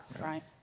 Right